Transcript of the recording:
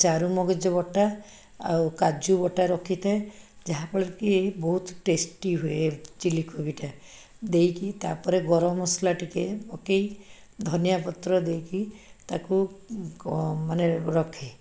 ଚାରୁମଗଜ ବଟା ଆଉ କାଜୁ ବଟା ରଖିଥାଏ ଯାହାଫଳରେ କି ବହୁତ ଟେଷ୍ଟି ହୁଏ ଚିଲିକୋବିଟା ଦେଇକି ତା'ପରେ ଗରମ ମସଲା ଟିକେ ପକାଇ ଧନିଆ ପତ୍ର ଦେଇକି ତାକୁ ମାନେ ରଖେ